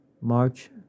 March